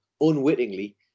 unwittingly